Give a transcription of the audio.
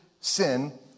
sin